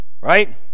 Right